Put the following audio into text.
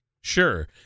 Sure